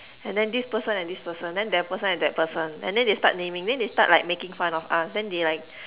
and then this person and this person then that person and that person and then they start naming then they start like making fun of us then they like